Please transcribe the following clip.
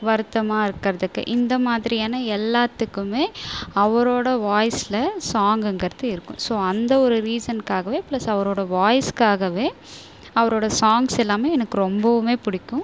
வருத்தமாக இருக்குறதுக்கு இந்தமாதிரியான எல்லாத்துக்குமே அவரோட வாய்ஸில் சாங்குங்கிறது இருக்கும் ஸோ அந்த ஒரு ரீசன்காகவே பிளஸ் அவரோட வாய்ஸ்காகவே அவரோட சாங்ஸ் எல்லாமே எனக்கு ரொம்பவுமே பிடிக்கும்